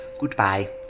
Goodbye